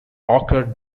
occurred